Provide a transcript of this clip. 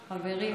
חברים.